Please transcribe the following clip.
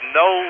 no